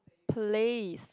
place